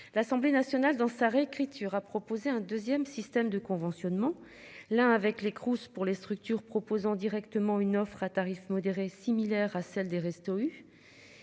L'Assemblée nationale dans sa réécriture a proposé un 2ème système de conventionnement l'avec les Crous pour les structures proposant directement une offre à tarif modéré similaire à celle des restos U.